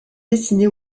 dessinée